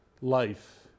life